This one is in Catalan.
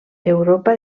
europa